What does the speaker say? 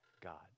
God